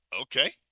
Okay